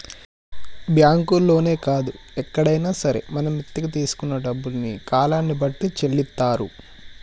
బ్యాంకుల్లోనే కాదు ఎక్కడైనా సరే మనం మిత్తికి తీసుకున్న డబ్బుల్ని కాలాన్ని బట్టి చెల్లిత్తారు